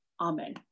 Amen